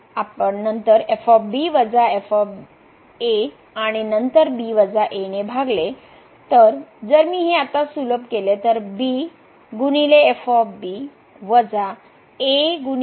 तर येथे आपण नंतर वजा आणि हे नंतर b a ने भागले